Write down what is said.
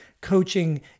coaching